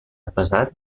pesat